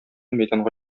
мәйданга